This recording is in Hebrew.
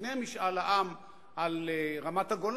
לפני משאל העם על רמת-הגולן,